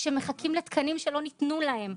שמחכים לתקנים שלא ניתנו להם.